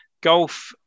golf